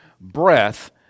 breath